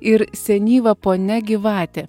ir senyva ponia gyvatė